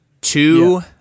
Two